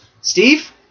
Steve